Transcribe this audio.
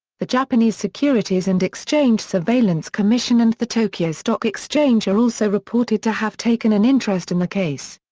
the japanese securities and exchange surveillance commission and the tokyo stock exchange are also reported to have taken an interest in the case.